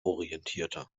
orientierter